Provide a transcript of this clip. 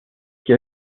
qui